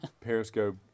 Periscope